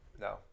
no